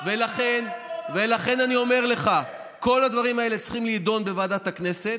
ולכן אני אומר לך: כל הדברים האלה צריכים להידון בוועדת הכנסת.